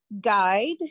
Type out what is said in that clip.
guide